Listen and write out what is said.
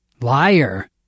Liar